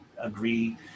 agree